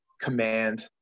command